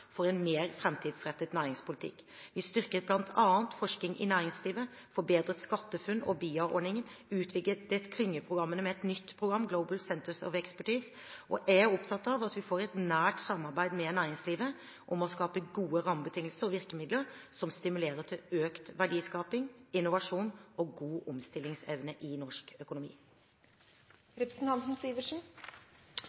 for en mer framtidsrettet næringspolitikk. Vi styrket bl.a. forskningen i næringslivet, forbedret SkatteFUNN- og BIA-ordningen og utvidet klyngeprogrammene med et nytt program, Global Centres of Expertise. Jeg er opptatt av at vi får et nært samarbeid med næringslivet om å skape gode rammebetingelser og virkemidler som stimulerer til økt verdiskaping, innovasjon og god omstillingsevne i norsk økonomi.